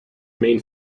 main